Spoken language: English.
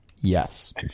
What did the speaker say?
Yes